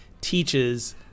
teaches